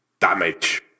damage